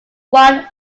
one